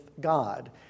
God